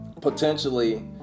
potentially